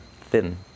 thin